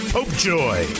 Popejoy